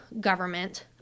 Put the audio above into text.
government